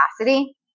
capacity